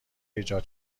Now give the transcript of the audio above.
ایجاد